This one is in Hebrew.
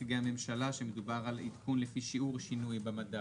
נציגי הממשלה שמדובר על עדכון לפי שיעור שינוי במדד,